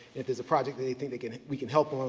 if there's a project that they think they can we can help on,